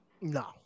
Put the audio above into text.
No